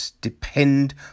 depend